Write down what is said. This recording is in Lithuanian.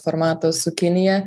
formato su kinija